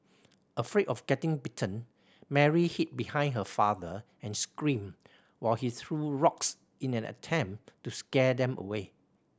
afraid of getting bitten Mary hid behind her father and screamed while he threw rocks in an attempt to scare them away